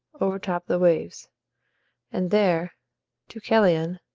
overtopped the waves and there deucalion,